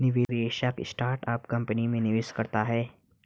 निवेशक startup company में निवेश करता है